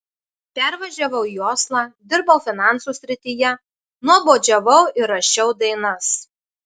pervažiavau į oslą dirbau finansų srityje nuobodžiavau ir rašiau dainas